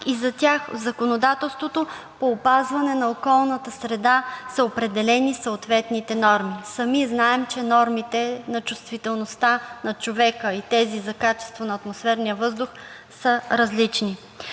и за тях в законодателството по опазване на околната среда са определени съответните норми. Сами знаем, че нормите на чувствителността на човека и тези за качество на атмосферния въздух са различни.